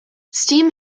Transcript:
steam